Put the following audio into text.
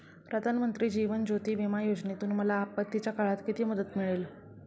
प्रधानमंत्री जीवन ज्योती विमा योजनेतून मला आपत्तीच्या काळात किती मदत मिळेल?